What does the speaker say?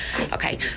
okay